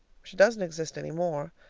she doesn't exist any more,